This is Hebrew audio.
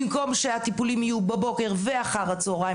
במקום שהטיפולים יהיו בבוקר ואחר הצהריים,